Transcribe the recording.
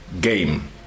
game